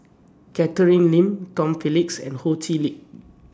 Catherine Lim Tom Phillips and Ho Chee Lick